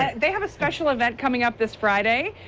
ah they have a special event coming up this friday.